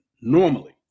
normally